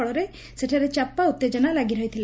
ଫଳରେସ ସେଠାରେ ଚାପା ଉତ୍ତେଜନା ଲାଗି ରହିଥିଲା